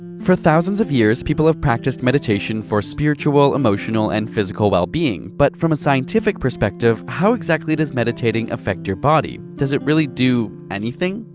for thousands of years people have practiced meditation for spiritual, emotional, and physical well being. but from a scientific perspective, how exactly does meditating affect your body? does it really do anything?